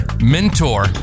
mentor